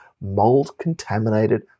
mold-contaminated